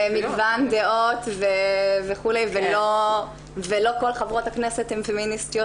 מגוון דעות וכולי ולא כל חברות הכנסת הן פמיניסטיות